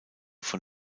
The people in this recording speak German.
von